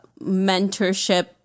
mentorship